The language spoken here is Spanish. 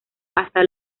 hasta